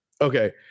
okay